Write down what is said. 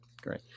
Great